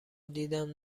دیدم